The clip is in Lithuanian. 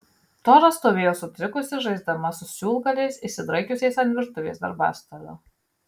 tora stovėjo sutrikusi žaisdama su siūlgaliais išsidraikiusiais ant virtuvės darbastalio